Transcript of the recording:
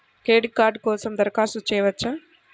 Credit card కోసం దరఖాస్తు చేయవచ్చా?